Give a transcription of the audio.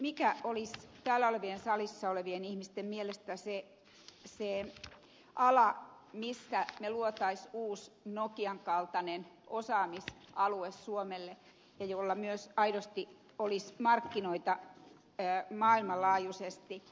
mikä olisi täällä salissa olevien ihmisten mielestä se ala jolla me loisimme uuden nokian kaltaisen osaamisalueen suomelle ja jolla myös aidosti olisi markkinoita maailmanlaajuisesti